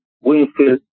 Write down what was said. Winfield